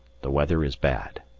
the weather is bad.